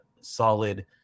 solid